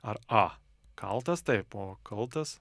ar a kaltas taip o kaltas